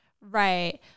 Right